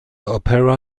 opera